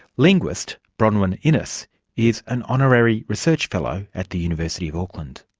linguist bronwen innes is an honorary research fellow at the university of auckland.